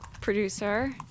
producer